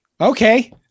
Okay